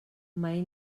mai